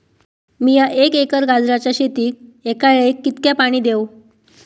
मीया एक एकर गाजराच्या शेतीक एका वेळेक कितक्या पाणी देव?